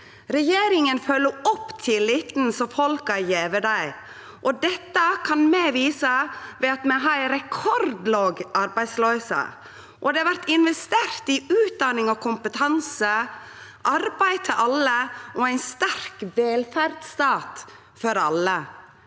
Regjeringa følgjer opp tilliten som folk har gjeve dei, og dette kan vi vise ved at vi har ei rekordlåg arbeidsløyse. Det har vore investert i utdanning og kompetanse, arbeid til alle og ein sterk velferdsstat for alle.